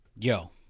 Yo